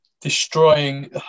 destroying